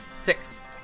Six